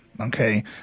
Okay